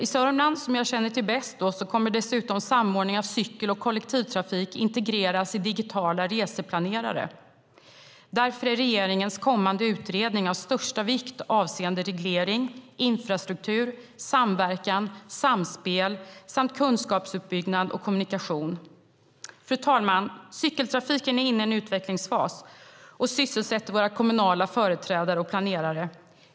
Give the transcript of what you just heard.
I Sörmland, som jag känner till bäst, kommer dessutom cykel och kollektivtrafik att integreras i digitala reseplanerare. Därför är regeringens kommande utredning av största vikt avseende reglering, infrastruktur, samverkan, samspel samt kunskapsuppbyggnad och kommunikation. Fru talman! Cykeltrafiken är inne i en utvecklingsfas och sysselsätter våra kommunala företrädare och planerare.